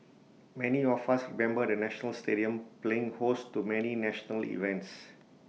many of us remember the national stadium playing host to many national events